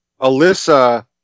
Alyssa